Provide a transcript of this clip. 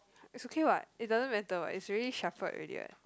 is okay what it doesn't matter what is already shuffled already what